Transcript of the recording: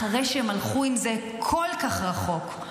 אחרי שהם הלכו עם זה כל כך רחוק.